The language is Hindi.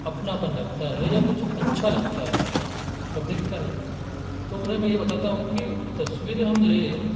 अपनापन लगता है या कुछ अच्छा लगता है तब देखता है तो उन्हें मैं यह बताता हूँ कि तस्वीरें हम लें